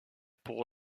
pour